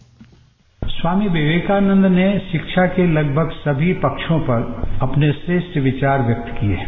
bite Swami Vivekananda ने शिक्षा के लगभग सभी पक्षों पर अपने श्रेष्ठ विचार व्यक्त किए हैं